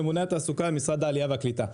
ממונה על התעסוקה במשרד העלייה והקליטה.